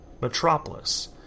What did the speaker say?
Metropolis